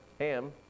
Ham